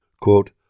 Quote